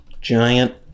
giant